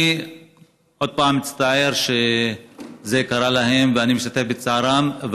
אני עוד פעם מצטער שזה קרה להם ואני משתתף בצערם.